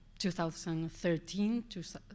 2013